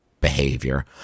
behavior